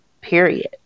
period